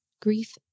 Grief